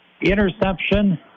interception